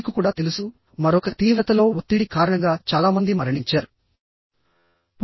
మీకు కూడా తెలుసు మరొక తీవ్రతలో ఒత్తిడి కారణంగా చాలా మంది మరణించారు